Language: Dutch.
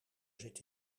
zit